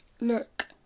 look